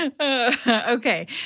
Okay